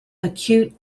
acute